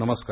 नमस्कार